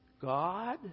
God